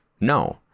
No